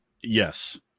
yes